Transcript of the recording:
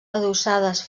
adossades